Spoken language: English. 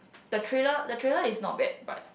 the trailer the trailer is not bad but